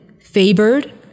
favored